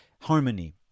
harmony